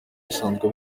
basanzwe